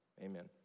amen